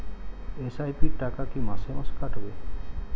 SIP র টাকা কী মাসে মাসে কাটবে?